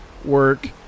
work